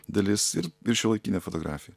dalis ir ir šiuolaikinė fotografija